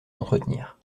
entretenir